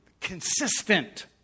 consistent